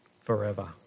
forever